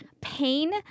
pain